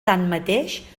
tanmateix